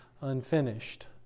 unfinished